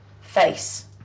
face